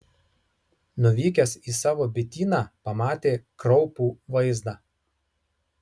nuvykęs į savo bityną pamatė kraupų vaizdą